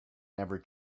never